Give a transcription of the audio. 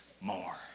more